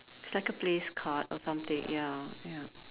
it's like a place card or something ya ya